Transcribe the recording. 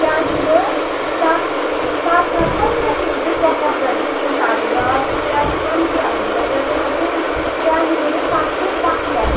त्यहाँदेखि साग सागलाई पहिला सुरु चाहिँ पकाउँछ तेल हालेर प्याज कम्ती हाल्नु पर्छ त्यसल्लाई चाहिँ त्याँदेखिको चाहिँ साग चाहिँ पाक्छ